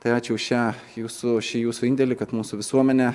tai ačiū šią jūsų šį jūsų indėlį kad mūsų visuomenę